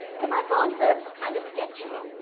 the records are kind of sketchy.